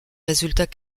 résultats